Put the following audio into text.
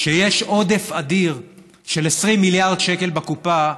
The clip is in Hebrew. כשיש עודף אדיר של 20 מיליארד שקל בקופה,